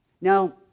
Now